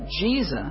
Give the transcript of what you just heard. Jesus